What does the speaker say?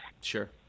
Sure